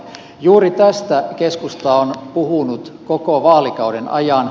juuri tästä keskusta on puhunut koko vaalikauden ajan